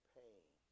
pain